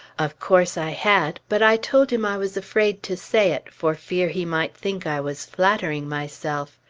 of course i had, but i told him i was afraid to say it, for fear he might think i was flattering myself.